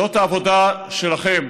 זאת העבודה שלכם.